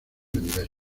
vender